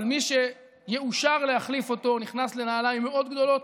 אבל מי שיאושר להחליף אותו נכנס לנעליים מאוד גדולות.